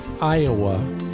iowa